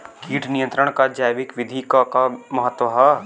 कीट नियंत्रण क जैविक विधि क का महत्व ह?